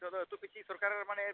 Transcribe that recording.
ᱱᱤᱛᱳᱜ ᱫᱚ ᱟᱛᱳ ᱯᱤᱪᱷᱤ ᱥᱚᱨᱠᱟᱨ ᱢᱟᱱᱮ